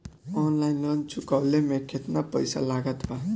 Online loan चुकवले मे केतना पईसा लागत बा?